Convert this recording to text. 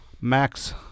Max